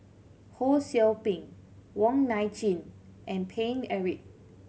Ho Sou Ping Wong Nai Chin and Paine Eric